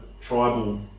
tribal